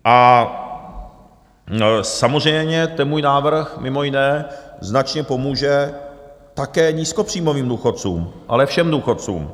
A samozřejmě ten můj návrh mimo jiné značně pomůže také nízkopříjmovým důchodcům, ale všem důchodcům.